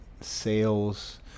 sales